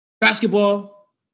basketball